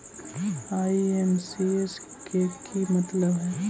IMPS के कि मतलब है?